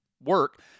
work